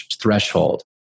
threshold